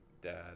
dad